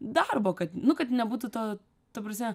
darbo kad nu kad nebūtų to ta prasme